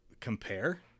compare